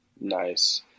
Nice